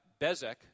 Bezek